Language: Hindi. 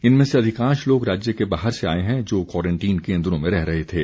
इनमें से अधिकांश लोग राज्य के बाहर से आए हैं जो क्वारंटीन केन्द्रों में रह रहे थे